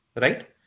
right